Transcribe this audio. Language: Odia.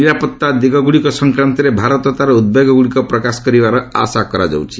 ନିରାପଭା ଦିଗଗ୍ରଡ଼ିକ ସଂକ୍ରାନ୍ତରେ ଭାରତ ତା'ର ଉଦ୍ବେଗଗୁଡ଼ିକ ପ୍ରକାଶ କରିବାର ଆଶା କରାଯାଉଛି